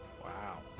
wow